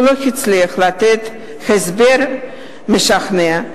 הוא לא הצליח לתת הסבר משכנע.